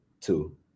Two